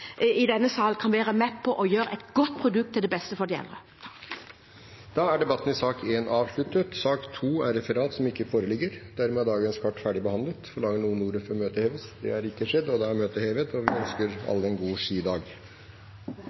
denne sal være med på å gjøre et godt produkt til det beste for de eldre. Da er debatten i sak nr. 1 avsluttet. Det foreligger ikke referat. Dermed er dagens kart ferdigbehandlet. Forlanger noen ordet før møtet heves? – Møtet er hevet, og vi ønsker alle en god